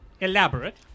elaborate